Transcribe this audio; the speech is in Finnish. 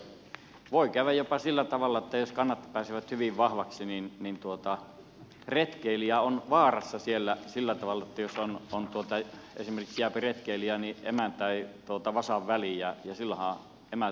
voi käydä jopa sillä tavalla että jos kannat pääsevät hyvin vahvoiksi niin retkeilijä on vaarassa siellä sillä tavalla että jos esimerkiksi jääpi retkeilijä emän ja vasan väliin niin silloinhan emät puolustavat